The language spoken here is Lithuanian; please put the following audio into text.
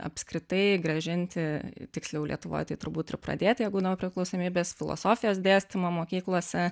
apskritai grąžinti tiksliau lietuvoje tai turbūt ir pradėti įgauną priklausomybės filosofijos dėstymą mokyklose